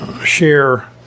share